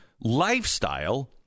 lifestyle